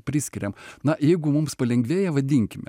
priskiriam na jeigu mums palengvėja vadinkime